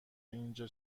اینجا